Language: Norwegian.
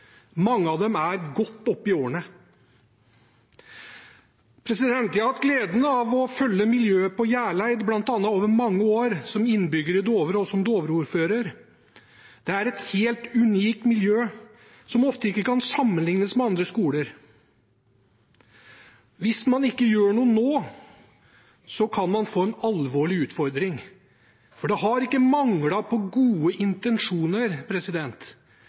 Mange av dem er godt oppe i årene. Jeg har hatt gleden av å følge bl.a. miljøet på Hjerleid over mange år, som innbygger i Dovre og som Dovre-ordfører. Det er et helt unikt miljø, som ofte ikke kan sammenlignes med andre skoler. Hvis man ikke gjør noe nå, kan man få en alvorlig utfordring. For det har ikke manglet på gode intensjoner.